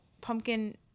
pumpkin